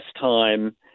time